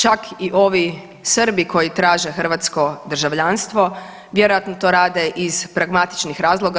Čak i ovi Srbi koji traže hrvatsko državljanstvo vjerojatno to rade iz pragmatičnih razloga.